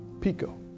pico